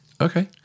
okay